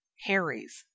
Harry's